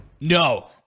no